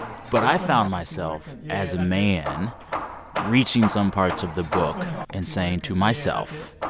but i found myself as a man reaching some parts of the book and saying to myself,